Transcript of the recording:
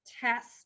test